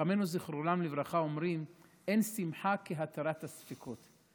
חכמינו זיכרונם לברכה אומרים: אין שמחה כהתרת הספקות.